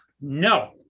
no